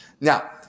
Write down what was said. Now